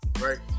right